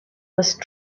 must